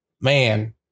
man